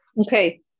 okay